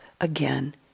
again